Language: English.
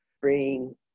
bring